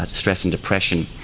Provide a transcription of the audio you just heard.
ah stress and depression.